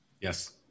Yes